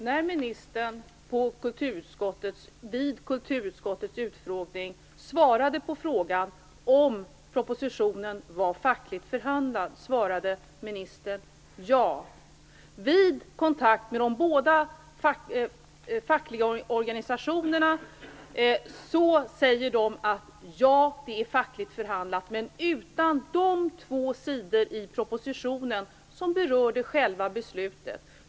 Herr talman! När ministern vid kulturutskottets utfrågning svarade på frågan om propositionen var fackligt förhandlad svarade ministern ja. Vid kontakt med de båda fackliga organisationerna har de sagt: Ja, det är fackligt förhandlat förutom de två sidor i propositionen som berörde själva besluten.